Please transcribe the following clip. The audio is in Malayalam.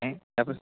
ഏഹ് അപ്പോൾ